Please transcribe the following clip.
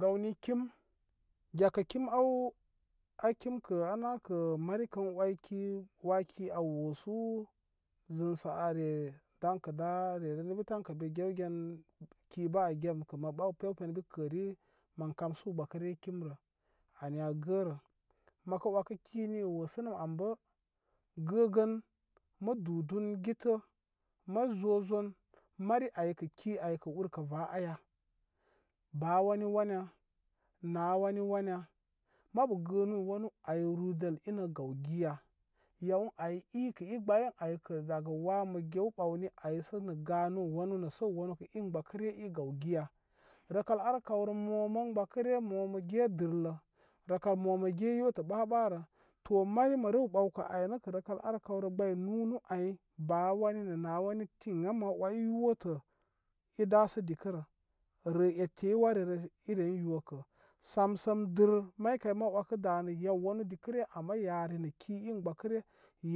Gawni kim gyakə kim aw ay kim kə aa nə' kə' mari kən 'wai ki, waa ki aa woosu zɨsə aaryə dan kə' da' ryə ren ən bi tan kə' be gewgən. ki bə' aa gem kə' mə ɓaw pepen ən bi kəri mən kamsu gbakə ryə kim rə. Ani aa gəərə mən kə' wakə ki nii woosəməm ani bə gəəgən mə dudun gitə' mə zozon mari ayə ki aykə urkə vaa aya? Baa wani wanya? Naa wani wan ya? Mabu gənuu wanu ai rwidəl inə gaw giya? Yaw ə ai, i kə'i gbayi ən aykə kə daga waa mə gew ɓawni ai sə nə' ganuu wanu nə səwanu kə' in gbakəryə i gaw giya. Rəkal ar kawrə mo man gbakə ryə mo mə gye dɨrtə, rəkal mo mə gye yotə ba'ɓa' rə. To mari mə rew ɓawkə aɨ nə' kə' rəkal ar kaw rə gbay nu'nu' ai baa wani nə naa wani tina maa wai yotə' i dasə' dikə rə. əə ete i warirə i ren yo'kə. Samsəm, dɨr, maykay ma wakə da' nə' yawanu dikə ryə ama yari nə' ki in gbakə rya